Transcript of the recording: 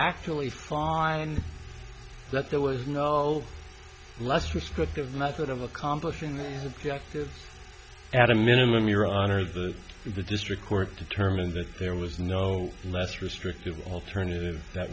actually find that there was no less restrictive method of accomplishing this at a minimum your honor the the district court determined that there was no less restrictive alternative that